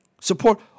support